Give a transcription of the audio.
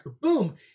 Boom